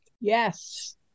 Yes